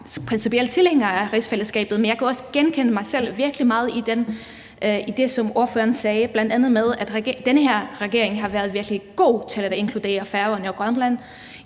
principielt tilhængere af rigsfællesskabet, men jeg kunne også genkende mig selv virkelig meget i det, som ordføreren sagde, bl.a. det med, at den her regering har været virkelig god til at inkludere Færøerne og Grønland